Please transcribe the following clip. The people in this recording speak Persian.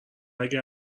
اگه